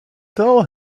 tell